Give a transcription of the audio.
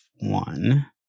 one